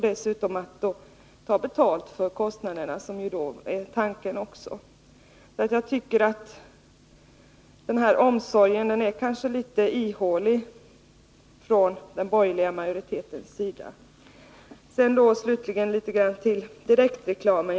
Dessutom kan man täcka kostnaderna genom att ta betalt — det är ju också tanken. Jag tycker att talet från den borgerliga majoritetens sida om omsorgen om den personliga integriteten är litet ihåligt. Slutligen vill jag säga några ord om direktreklamen.